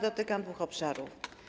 Dotykam dwóch obszarów.